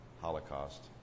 Holocaust